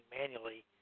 manually